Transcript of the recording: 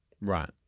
Right